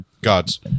gods